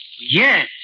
Yes